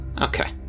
Okay